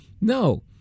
No